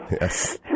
Yes